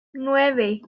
nueve